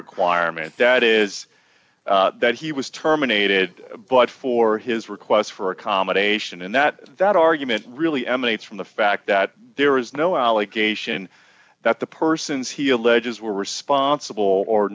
requirement that is that he was terminated but for his request for accommodation and that that argument really emanates from the fact that there is no allegation that the persons he alleges were responsible or